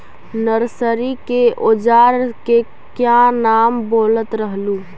Nursery के ओजार के क्या नाम बोलत रहलू?